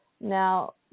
now